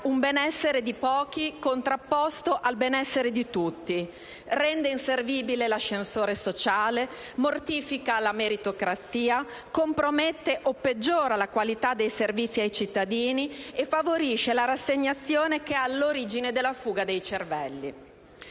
un benessere di pochi contrapposto al benessere di tutti; rende inservibile l'ascensore sociale; mortifica la meritocrazia; compromette o peggiora la qualità dei servizi ai cittadini e favorisce la rassegnazione che è all'origine della fuga dei cervelli.